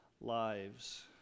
lives